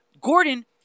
Gordon